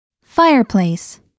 fireplace